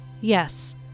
Yes